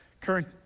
current